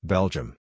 Belgium